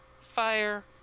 Fire